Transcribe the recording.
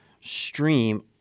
stream